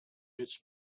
its